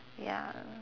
ya